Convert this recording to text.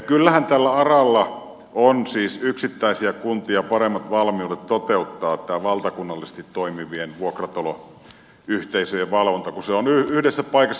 kyllähän tällä aralla on yksittäisiä kuntia paremmat valmiudet toteuttaa tämä valtakunnallisesti toimivien vuokrataloyhteisöjen valvonta kun se on yhdessä paikassa